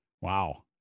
Wow